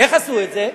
איך עשו את זה?